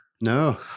no